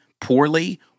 poorly—